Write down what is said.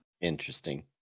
Interesting